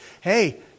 hey